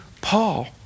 Paul